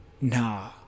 nah